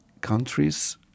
countries